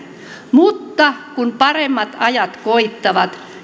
mutta kun paremmat ajat koittavat